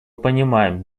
понимаем